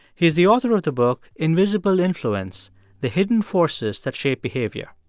he's the author of the book invisible influence the hidden forces that shape behavior.